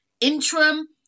interim